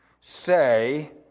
say